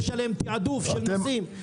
יש עליהם תעדוף של נוסעים.